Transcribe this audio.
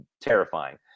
terrifying